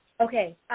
Okay